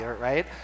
right